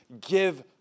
give